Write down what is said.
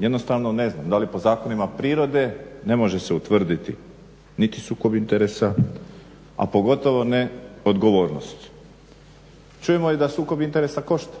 jednostavno ne znam da li po zakonima prirode ne može se utvrditi niti sukob interesa, a pogotovo ne odgovornost. Čujemo i da sukob interesa košta,